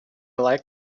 like